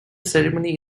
ceremony